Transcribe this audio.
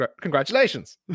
Congratulations